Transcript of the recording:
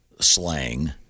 slang